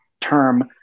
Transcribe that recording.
term